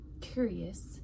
curious